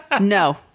no